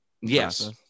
yes